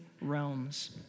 realms